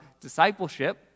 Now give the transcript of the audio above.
discipleship